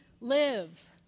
live